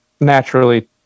naturally